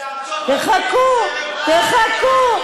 ובארצות הברית, תחכו, תחכו.